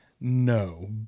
No